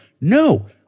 No